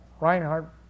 Reinhardt